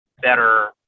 better